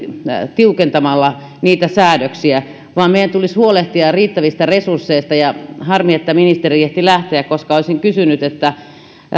tiukentamalla niitä säädöksiä vaan meidän tulisi huolehtia riittävistä resursseista harmi että ministeri ehti lähteä koska olisin kysynyt siitä kun